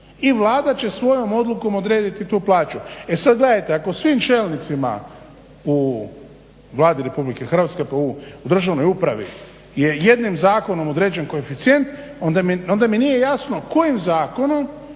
i Vlada će svojom odlukom odrediti tu plaću. E sad gledajte ako svim čelnicima u Vladi RH u državnoj upravi je jednim zakonom određeno koeficijent onda mi nije jasno kojim zakonom